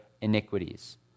iniquities